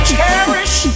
cherish